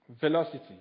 velocity